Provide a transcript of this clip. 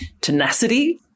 tenacity